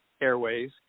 Airways